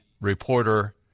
reporter